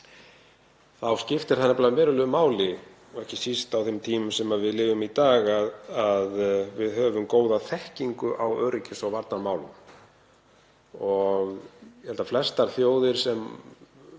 þá skiptir verulegu máli, og ekki síst á þeim tímum sem við lifum í dag, að við höfum góða þekkingu á öryggis- og varnarmálum. Ég held að flestar þjóðir sem